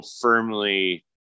firmly